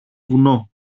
βουνό